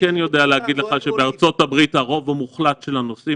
אני כן יודע להגיד לך שבארצות הברית הרוב המוחלט של הנוסעים,